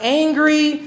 angry